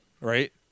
Right